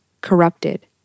corrupted